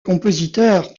compositeur